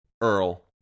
Earl